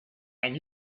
and